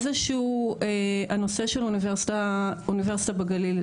הנושא של אוניברסיטה בגליל,